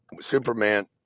Superman